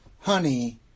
Honey